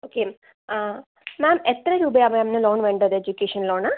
okay ma'am എത്ര രൂപയാണ് മാമിന് ലോൺ വേണ്ടത് എഡ്യൂക്കേഷൻ ലോണ്